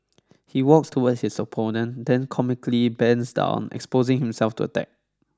he walks towards his opponent then comically bends down exposing himself to attack